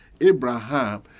Abraham